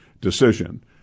decision